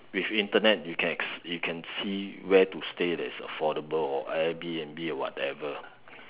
with Internet you can you can see where to stay that is affordable or airbnb or whatever